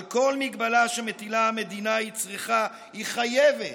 על כל מגבלה שמטילה המדינה היא צריכה, היא חייבת,